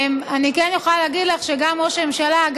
אני כן יכולה להגיד לך שגם ראש הממשלה,